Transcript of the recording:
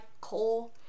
Cole